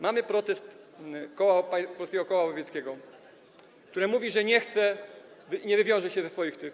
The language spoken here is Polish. Mamy protest polskiego koła łowieckiego, które mówi, że nie chce i nie wywiąże się ze swoich tych.